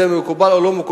זה מקובל או לא מקובל,